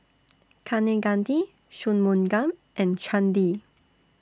Kaneganti Shunmugam and Chandi